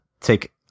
take